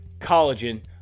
collagen